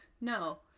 no